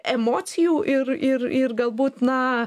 emocijų ir ir ir galbūt na